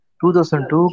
2002